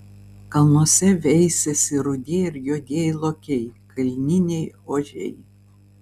kalnuose veisiasi rudieji ir juodieji lokiai kalniniai ožiai